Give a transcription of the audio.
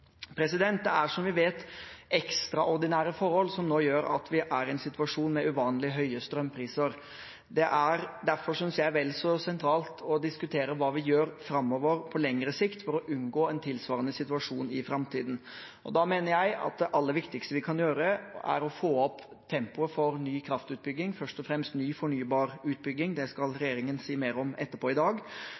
Det er, som vi vet, ekstraordinære forhold som nå gjør at vi er i en situasjon med uvanlig høye strømpriser. Det er derfor, synes jeg, vel så sentralt å diskutere hva vi gjør framover på lengre sikt for å unngå en tilsvarende situasjon i framtiden. Da mener jeg at det aller viktigste vi kan gjøre, er å få opp tempoet for ny kraftutbygging, først og fremst ny fornybar utbygging. Det skal regjeringen si mer om etterpå i dag.